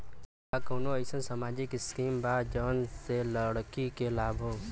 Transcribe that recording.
का कौनौ अईसन सामाजिक स्किम बा जौने से लड़की के लाभ हो?